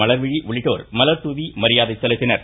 மலர்விழி உள்ளிட்டோர் மலர் தூவி மரியாதை செலுத்தினர்